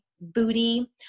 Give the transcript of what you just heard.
booty